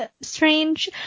strange